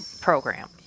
program